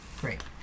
Great